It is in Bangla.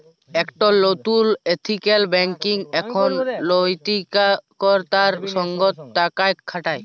একট লতুল এথিকাল ব্যাঙ্কিং এখন লৈতিকতার সঙ্গ টাকা খাটায়